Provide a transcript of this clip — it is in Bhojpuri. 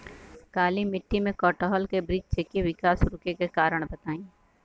काली मिट्टी में कटहल के बृच्छ के विकास रुके के कारण बताई?